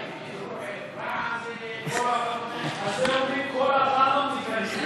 על זה אומרים, "קול הרע"ם מקהיר".